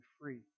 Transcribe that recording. free